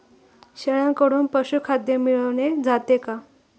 शेळ्यांकडून पशुखाद्य मिळवले जाते का?